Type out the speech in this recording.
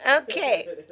Okay